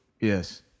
yes